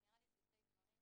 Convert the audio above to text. זה נראה לי זוטי דברים,